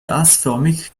gasförmig